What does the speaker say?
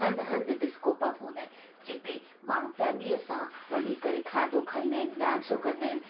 हंधु हंधु disco pub हूंदा आहिनि जिते माण्हू फैमिलीअ सां वञी करे खाधो खाईंदा आहिनि डांसूं कंदा आहिनि